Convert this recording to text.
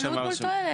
עלות מול תועלת.